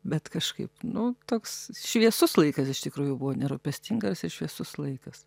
bet kažkaip nu toks šviesus laikas iš tikrųjų buvo nerūpestingas ir šviesus laikas